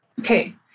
Okay